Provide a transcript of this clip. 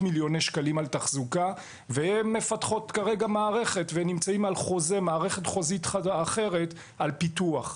תחזוקה והן מפתחות כרגע מערכת ונמצאות על מערכת חוזית אחרת על פיתוח.